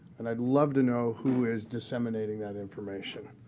and i'd love to know who is disseminating that information.